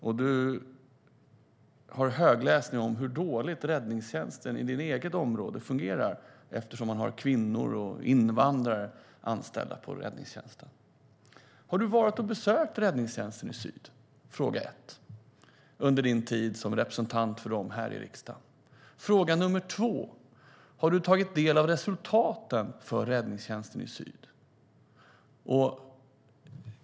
Du har högläsning om hur dåligt räddningstjänsten i ditt eget område fungerar på grund av att man har kvinnor och invandrare anställda inom räddningstjänsten. Fråga ett: Har du besökt Räddningstjänsten Syd under din tid som representant för dem här i riksdagen? Fråga två: Har du tagit del av resultaten för Räddningstjänsten Syd?